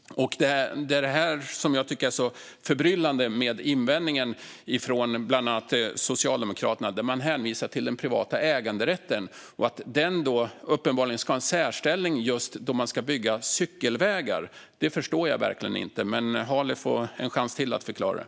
Därför är det så förbryllande med invändningen från bland andra Socialdemokraterna. Man hänvisar till den privata äganderätten och att den uppenbarligen ska ha en särställning när man ska bygga just cykelvägar. Jag förstår inte detta, men Halef får en chans till att förklara det.